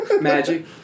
magic